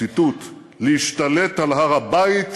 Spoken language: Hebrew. ציטוט: "להשתלט על הר-הבית